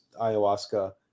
ayahuasca